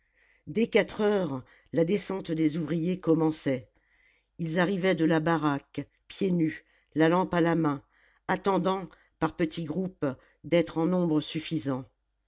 dès quatre heures la descente des ouvriers commençait ils arrivaient de la baraque pieds nus la lampe à la main attendant par petits groupes d'être en nombre suffisant